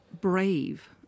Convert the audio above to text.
brave